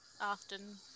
often